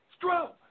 Stro